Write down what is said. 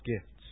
gifts